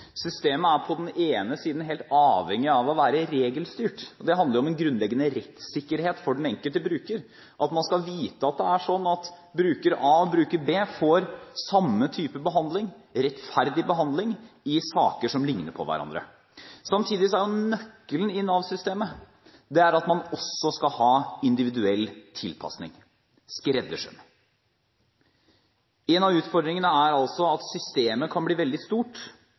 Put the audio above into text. Systemet er på den ene siden helt avhengig av å være regelstyrt, og det handler om en grunnleggende rettssikkerhet for den enkelte bruker. Man skal vite at det er slik at bruker a og bruker b skal få samme type behandling, rettferdig behandling, i saker som likner på hverandre. Samtidig er nøkkelen i Nav-systemet at man også skal ha individuell tilpasning – skreddersøm. En av utfordringene er altså at systemet kan bli veldig stort